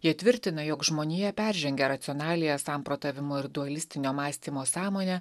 jie tvirtina jog žmonija peržengia racionaliąją samprotavimo ir dualistinio mąstymo sąmonę